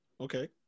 Okay